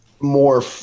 more